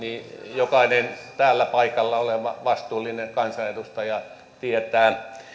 jokainen täällä paikalla oleva vastuullinen kansanedustaja tietää